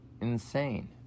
insane